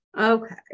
Okay